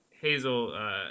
Hazel